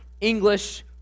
English